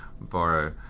borrow